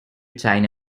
china